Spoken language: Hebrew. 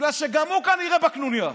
בגלל שגם הוא כנראה בקנוניה.